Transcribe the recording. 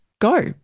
go